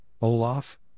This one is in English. Olaf